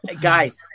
guys